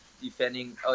defending